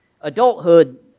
Adulthood